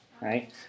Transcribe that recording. Right